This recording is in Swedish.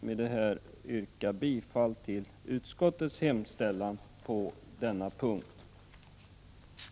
Med detta vill jag yrka bifall till utskottets hemställan på Prot. 1985/86:105 denna punkt. 2 april 1986